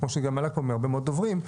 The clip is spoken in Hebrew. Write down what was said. כמו שגם עלה פה מהרבה מאוד דוברים,